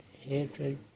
hatred